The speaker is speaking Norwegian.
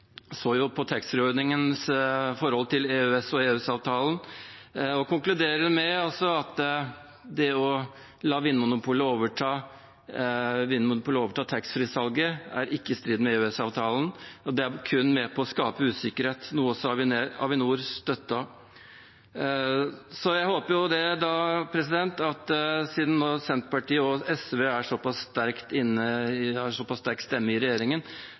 så på taxfree-ordningens forhold til EØS og EØS-avtalen og konkluderer med at det å la Vinmonopolet overta taxfree-salget, ikke er i strid med EØS-avtalen, det er kun med på å skape usikkerhet, noe også Avinor støttet. Senterpartiet og SV har nå en sterk stemme inn i regjeringen, men jeg håper at de ikke får flertall for at